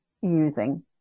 using